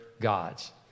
gods